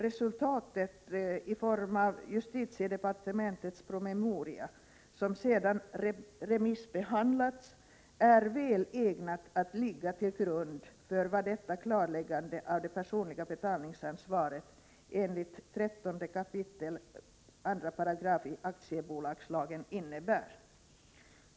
Resultatet —i form av justitiedepartementets promemoria, som redan har remissbehandlats — är väl ägnat att ligga till grund för vad detta klarläggande av det personliga betalningsansvaret enligt 13 kap. 2§ i aktiebolagslagen innebär.